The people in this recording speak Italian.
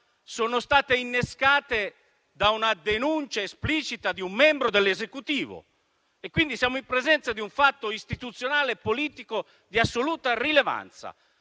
sono state innescate da una denuncia esplicita di un membro dell'Esecutivo, quindi siamo in presenza di un fatto istituzionale e politico di assoluta rilevanza